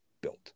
built